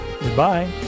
Goodbye